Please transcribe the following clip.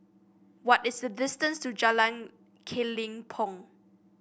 what is the distance to Jalan Kelempong